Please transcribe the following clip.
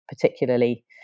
particularly